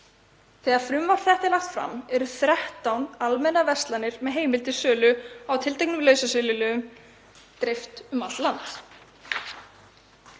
Þegar frumvarp þetta er lagt fram eru 13 almennar verslanir með heimild til sölu á tilteknum lausasölulyfjum dreift um allt